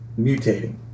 mutating